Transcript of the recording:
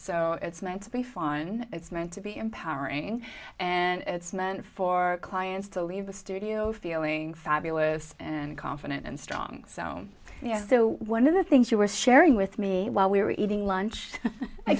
so it's meant to be fun it's meant to be empowering and it's meant for clients to leave the studio feeling fabulous and confident and strong zome so one of the things you were sharing with me while we were eating lunch i